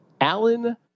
Alan